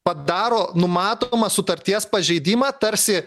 padaro numatomą sutarties pažeidimą tarsi